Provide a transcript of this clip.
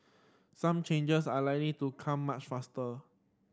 some changes are likely to come much faster